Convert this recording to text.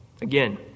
Again